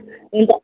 हुन्छ